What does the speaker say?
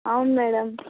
అవును మేడమ్